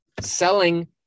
Selling